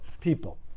people